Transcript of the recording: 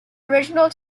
original